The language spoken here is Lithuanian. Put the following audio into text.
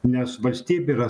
nes valstybė yra